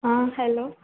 hello